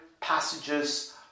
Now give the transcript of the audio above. passages